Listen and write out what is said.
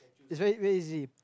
it's very very easy